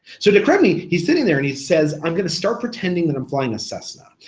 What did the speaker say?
so de crespigny, he's sitting there and he says i'm gonna start pretending that i'm flying a cessna,